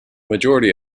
majority